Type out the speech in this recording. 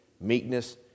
meekness